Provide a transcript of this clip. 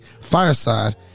Fireside